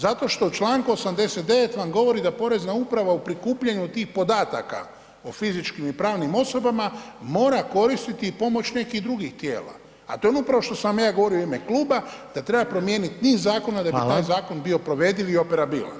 Zato što u čl. 89. vam govori da porezna uprava u prikupljanju tih podataka o fizičkim i pravnim osobama mora koristiti i pomoć nekih drugih tijela, a to je ono upravo što sam vam ja govorio u ime kluba da treba promijenit niz zakona [[Upadica: Hvala]] da bi taj zakon bio provediv i operabilan.